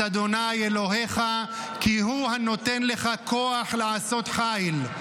את ה' אלהיך כי הוא הנותן לך כח לעשות חיל".